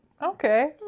Okay